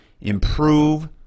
improve